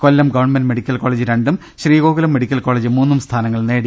കൊല്ലം government medical college രണ്ടും Sreegokulam medical college മൂന്നും സ്ഥാനങ്ങൾ നേടി